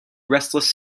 restless